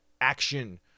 action